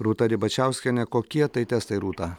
rūta ribačiauskienė kokie tai testai rūta